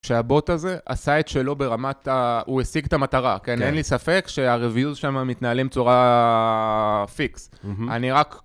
שהבוט הזה עשה את שלו ברמת, הוא השיג את המטרה, כן? אין לי ספק שהריוויוז שם מתנהלם בצורה פיקס. אני רק...